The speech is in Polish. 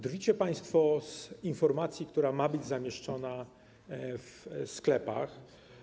Drwicie państwo z informacji, która ma być zamieszczona w sklepach.